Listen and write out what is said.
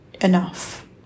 enough